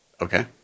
Okay